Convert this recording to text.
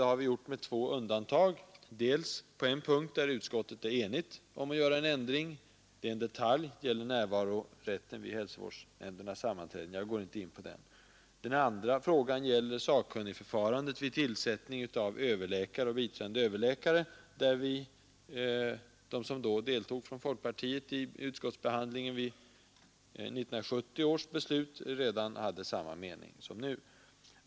Vi har gjort det med två undantag, dels på en punkt där utskottet är enigt om att göra en ändring — det gäller en detalj, nämligen närvarorätten vid hälsovårdsnämndernas sammanträden, som jag inte nu skall gå in på —, dels i fråga om sakkunnigförfarandet vid tillsättning av överläkare och biträdande överläkare. De folkpartiledamöter som deltog vid utskottsbehandlingen i samband med 1970 års beslut hade samma mening då som vi hävdar nu.